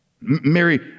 Mary